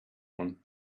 one